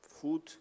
food